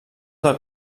del